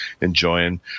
enjoying